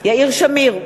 יאיר שמיר,